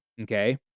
Okay